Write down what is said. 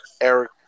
Eric